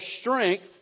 strength